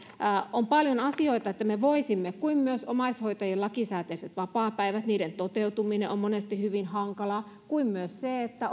on paljon asioita mitä me voisimme kuin myös omaishoitajien lakisääteiset vapaapäivät joiden toteutuminen on monesti hyvin hankalaa kuin myös se että